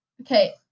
okay